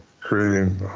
creating